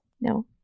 No